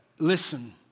Listen